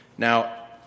Now